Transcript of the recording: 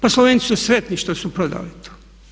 Pa Slovenci su sretni što su prodali to.